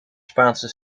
spaanse